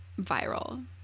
viral